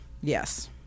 Yes